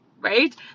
Right